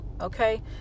Okay